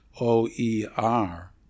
OER